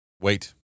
Wait